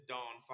Dawn